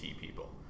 people